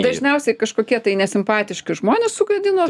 dažniausiai kažkokie tai nesimpatiški žmonės sugadino